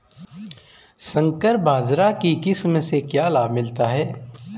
संकर बाजरा की किस्म से क्या लाभ मिलता है?